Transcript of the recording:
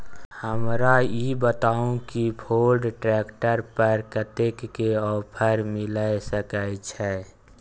हमरा ई बताउ कि फोर्ड ट्रैक्टर पर कतेक के ऑफर मिलय सके छै?